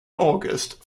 august